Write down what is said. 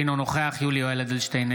אינו נוכח יולי יואל אדלשטיין,